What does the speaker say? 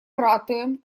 ратуем